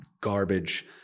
garbage